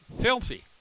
filthy